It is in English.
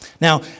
Now